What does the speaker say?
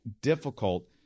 difficult